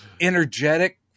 energetic